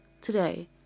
Today